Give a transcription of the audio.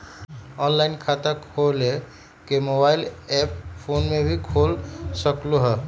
Online खाता खोले के मोबाइल ऐप फोन में भी खोल सकलहु ह?